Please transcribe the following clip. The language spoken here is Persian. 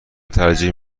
ترجیح